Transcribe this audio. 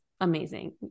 amazing